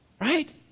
Right